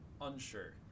Unsure